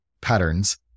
patterns